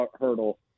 hurdle